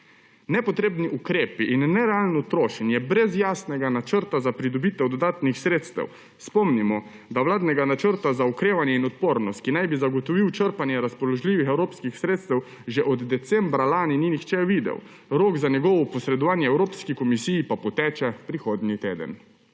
Nepotrebni ukrepi in nerealno trošenje brez jasnega načrta za pridobitev dodatnih sredstev. Spomnimo, da vladnega načrta za okrevanje in odpornost, ki naj bi zagotovil črpanje razpoložljivih evropskih sredstev, že od decembra lani ni nihče videl, rok za njegovo posredovanje Evropski komisiji pa poteče prihodnji teden.